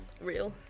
Real